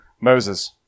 moses